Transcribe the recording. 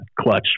Clutch